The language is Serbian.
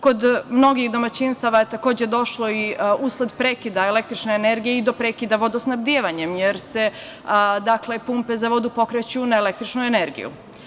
Kod mnogih domaćinstava je, takođe, došlo i, usled prekida električne energije, do prekida vodosnabdevanjem, jer se pumpe za vodu pokreću na električnu energiju.